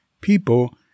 people